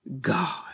God